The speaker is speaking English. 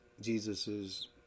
Jesus's